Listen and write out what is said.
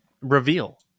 reveal